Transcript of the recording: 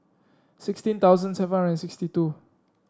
sixteen thousand seven hundred and sixty two